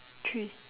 three